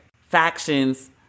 factions